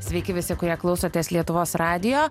sveiki visi kurie klausotės lietuvos radijo